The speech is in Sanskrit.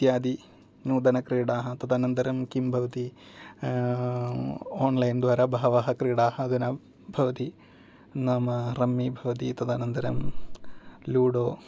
इत्यादि नूतनक्रीडाः तदनन्तरं किं भवति आन्लैन् द्वारा बहवः क्रीडाः अधुना भवति नाम रम्मी भवति तदनन्तरं लूडो